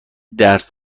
درس